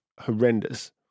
horrendous